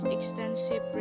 Extensive